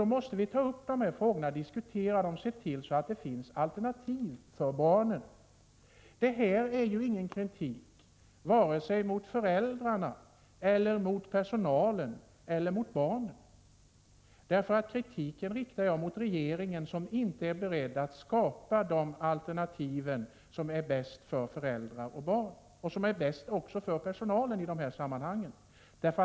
Då måste vi ta upp dessa frågor och diskutera dem samt se till att det finns alternativ för barnen. Det här är ingen kritik vare sig mot föräldrarna eller mot personalen eller mot barnen, därför att kritiken riktar jag mot regeringen som inte är beredd att skapa de alternativ som är bäst för föräldrar och barn och som är bäst även för personalen i dessa sammanhang.